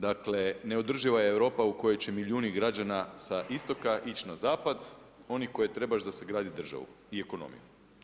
Dakle, neodrživa je Europa u kojoj će milijun građana sa istoka ići na zapad one koje trebaš za sagradit državu i ekonomiju.